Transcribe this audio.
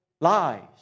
lies